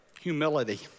humility